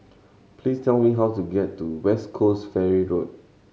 please tell me how to get to West Coast Ferry Road